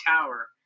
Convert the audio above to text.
Tower